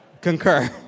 concur